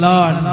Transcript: Lord